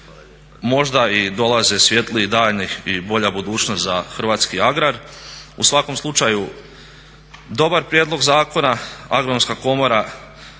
možda i dolaze svjetliji dani i bolja budućnost za hrvatski agrar. U svakom slučaju dobar prijedlog zakona, Agronomska komora